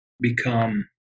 become